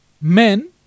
men